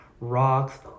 rocks